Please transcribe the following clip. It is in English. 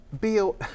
Bill